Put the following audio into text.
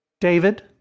David